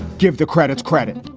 give the credits credit